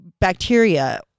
bacteria